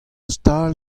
stal